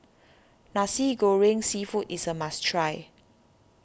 Nasi Goreng Seafood is a must try